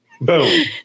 Boom